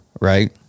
right